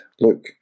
Look